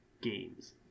games